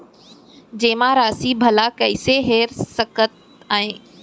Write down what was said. जेमा राशि भला कइसे हेर सकते आय?